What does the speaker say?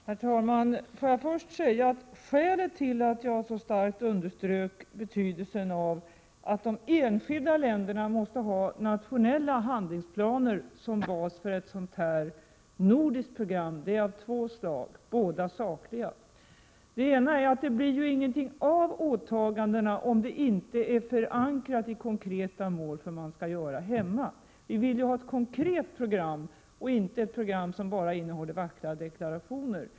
Herr talman! Får jag först säga att skälen till att jag så starkt underströk betydelsen av att de enskilda länderna har nationella handlingsplaner som bas för ett sådant här nordiskt program är av två slag, båda sakliga. Det ena är att det ju inte blir någonting av åtagandena om de inte är förankrade i konkreta mål för vad man skall göra hemma. Vi vill ju ha ett konkret program, inte ett som bara innehåller vackra deklarationer.